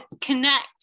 connect